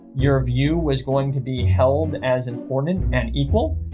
your view was going to be held as important and equal.